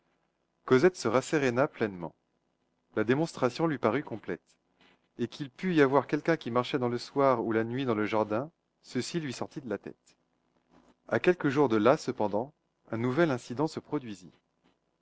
cosette se rasséréna pleinement la démonstration lui parut complète et qu'il pût y avoir quelqu'un qui marchait le soir ou la nuit dans le jardin ceci lui sortit de la tête à quelques jours de là cependant un nouvel incident se produisit